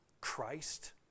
Christ